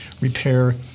repair